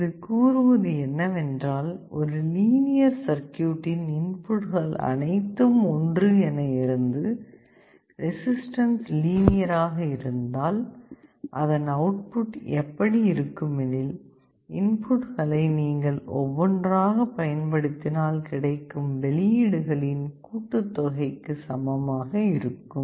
இது கூறுவது என்னவென்றால் ஒரு லீனியர் சர்க்யூட்டின் இன்புட்கள் அனைத்தும் 1 என இருந்து ரெசிஸ்டன்ஸ் லீனியர் ஆக இருந்தால் அதன் அவுட்புட் எப்படி இருக்கும் எனில் இன்புட்களை நீங்கள் ஒவ்வொன்றாக பயன்படுத்தினால் கிடைக்கும் வெளியீடுகளின் கூட்டுத்தொகைக்கு சமமாக இருக்கும்